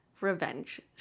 revenge